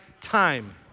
time